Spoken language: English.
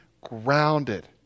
grounded